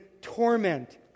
torment